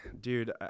Dude